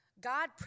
God